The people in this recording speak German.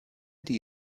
die